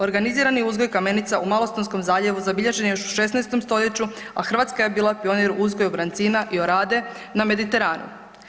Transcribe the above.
Organizirani uzgoj kamenica u Malostonskom zaljevu zabilježen je još u 16. stoljeću, a Hrvatska je bila pionir u uzgoju brancina i orade na Mediteranu.